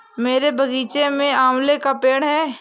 मेरे बगीचे में आंवले का पेड़ है